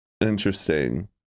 Interesting